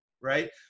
Right